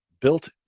built